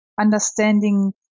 Understanding